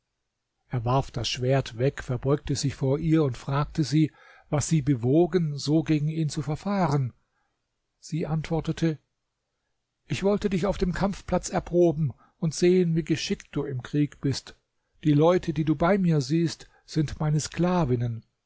er warf das schwert weg verbeugte sich vor ihr und fragte sie was sie bewogen so gegen ihn zu verfahren sie antwortete ich wollte dich auf dem kampfplatz erproben und sehen wie geschickt du im krieg bist die leute die du bei mir siehst sind meine sklavinnen